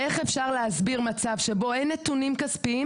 איך אפשר להסביר מצב שבו אין נתונים כספיים?